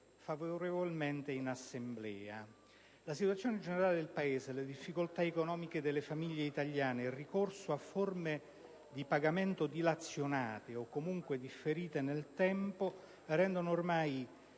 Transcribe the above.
favorevolmente in Assemblea. La situazione generale del Paese, le difficoltà economiche delle famiglie italiane e il ricorso a forme di pagamento dilazionate o, comunque, differite nel tempo, rendono ormai